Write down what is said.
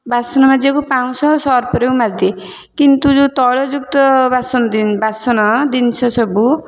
ବାସନ ମାଜିବାକୁ ପାଉଁଶ ସର୍ଫରେ ମୁଁ ମାଜିଦିଏ କିନ୍ତୁ ଯେଉଁ ତୈଳ ଯୁକ୍ତ ବାସନ ବାସନ ଜିନିଷ ସବୁ